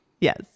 Yes